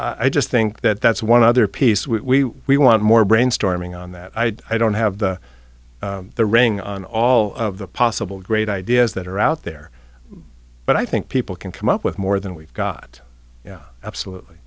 i just think that that's one other piece we we want more brainstorming on that i i don't have the ring on all of the possible great ideas that are out there but i think people can come up with more than we've got absolutely